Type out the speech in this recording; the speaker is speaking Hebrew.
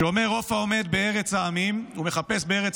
שאומר: עוף העומד בארץ העמים מחפש בארץ